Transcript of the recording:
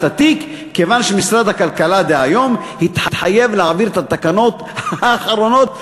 התיק כיוון שמשרד הכלכלה דהיום התחייב להעביר את התקנות האחרונות.